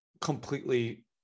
completely